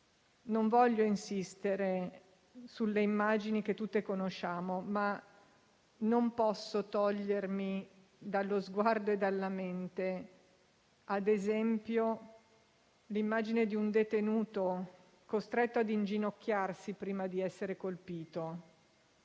Non voglio insistere sulle immagini che tutti conosciamo, ma non posso togliermi dallo sguardo e dalla mente - ad esempio - l'immagine di un detenuto costretto a inginocchiarsi prima di essere colpito.